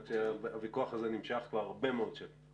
רק שהוויכוח הזה נמשך כבר הרבה מאוד שנים.